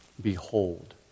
Behold